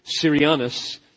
Syrianus